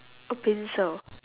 okay sure